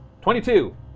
Twenty-two